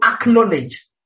acknowledge